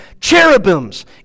cherubims